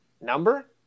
number